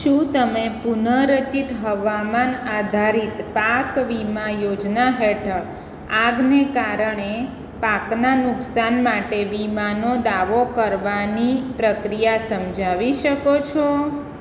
શું તમે પુન રચિત હવામાન આધારિત પાક વીમા યોજના હેઠળ આગને કારણે પાકના નુકસાન માટે વીમાનો દાવો કરવાની પ્રક્રિયા સમજાવી શકો છો